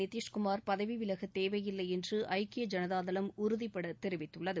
நிதிஷ் குமார் பதவி விலகத் தேவையில்லை என்று ஐக்கிய ஜனதாதளம் உறுதிபட தெரிவித்துள்ளது